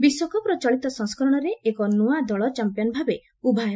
ବିଶ୍ୱକପ୍ର ଚଳିତ ସଂସ୍କରଣରେ ଏକ ନୂଆଦଳ ଚାମ୍ପିୟନଭାବେ ଉଭା ହେବ